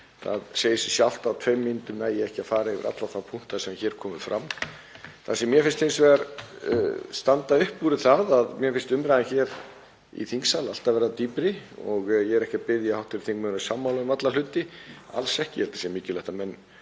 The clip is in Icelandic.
Það segir sig sjálft að á tveimur mínútum næ ég ekki að fara yfir alla þá punkta sem hér komu fram. Það sem mér finnst hins vegar standa upp úr er það að mér finnst umræðan hér í þingsal alltaf verða dýpri og ég er ekki að biðja hv. þingmenn að vera sammála um alla hluti, alls ekki, ég held að mikilvægt sé að menn